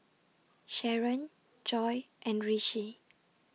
Sharen Joi and Rishi